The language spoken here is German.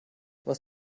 was